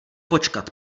počkat